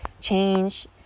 change